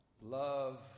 Love